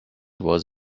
was